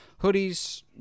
hoodies